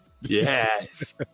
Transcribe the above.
Yes